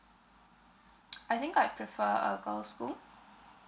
I think I prefer a girl school